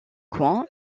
coin